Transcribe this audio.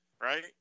right